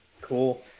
Cool